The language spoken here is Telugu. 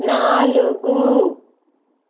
నాలుగు